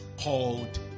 called